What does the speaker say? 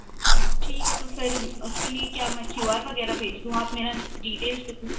अच्छा ठीक है तो फिर उसके लिए क्या मैं क्यू आर वगैरह भेज दूँ आप मेरा डीटेल्स लिख लें